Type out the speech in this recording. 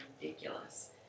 ridiculous